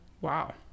Wow